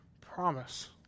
promise